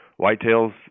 whitetails